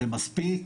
זה מספיק?